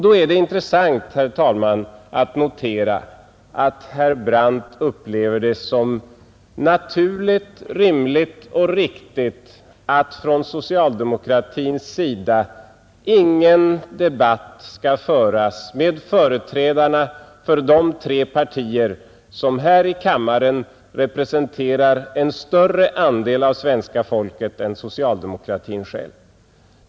Då är det intressant, herr talman, att notera att herr Brandt upplever det som naturligt, rimligt och riktigt att från socialdemokratins sida ingen debatt skall föras med företrädarna för de tre partier, som här i kammaren representerar en större andel av svenska folket än socialdemokratin själv.